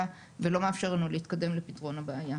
ולא מאפשר לנו להתקדם לפיתרון הבעיה.